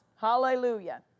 Hallelujah